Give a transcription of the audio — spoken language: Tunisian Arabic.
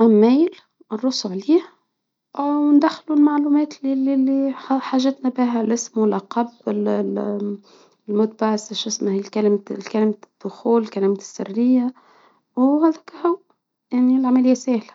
الميل الروس عليه، وندخله المعلومات لل حاجتنا بها الاسم، القب ال -ال شو اسمه هي الكلمة. كلمة الدخول، كلمة السرية، وهذا نلقاهو العملية سهلة.